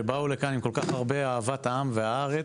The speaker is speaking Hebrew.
שבאו לכאן עם כל כך הרבה אהבת העם והארץ,